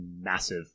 massive